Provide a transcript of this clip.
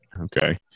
Okay